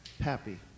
happy